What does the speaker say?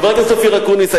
חבר הכנסת אופיר אקוניס,